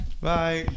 Bye